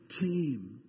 team